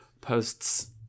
posts